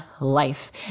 life